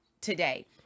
today